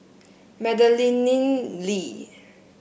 Madeleine Lee